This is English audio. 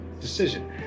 decision